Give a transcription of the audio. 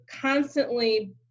constantly